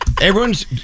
Everyone's